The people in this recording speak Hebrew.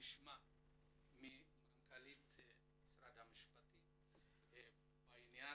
נשמע ממנכ"לית משרד המשפטים בעניין,